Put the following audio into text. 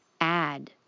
add